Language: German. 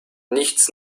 nichts